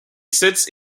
sits